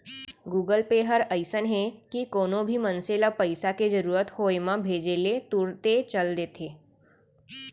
Google Pay हर अइसन हे कि कोनो भी मनसे ल पइसा के जरूरत होय म भेजे ले तुरते चल देथे